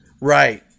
Right